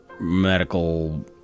medical